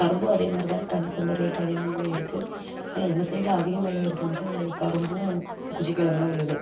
கரும்பும் அதேமாதிரிதான் டன்னுக்கு வந்து ரேட் அதிகமாகவே இருக்குது அதில் எங்கள் சைட்டில் அதிகம் விளையுறது வந்து கரும்பும் குச்சிக்கிழங்குந்தான் விளையுது